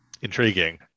Intriguing